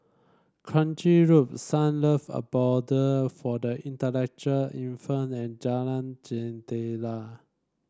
Kranji Loop Sunlove Abode for the Intellectual Infirmed and Jalan Jendela